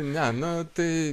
ne nu tai